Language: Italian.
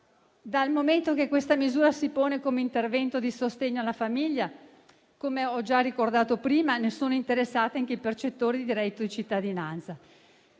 Dal momento che questa misura si pone come intervento di sostegno alla famiglia, come ho già ricordato prima, ne sono interessati anche i percettori di reddito di cittadinanza.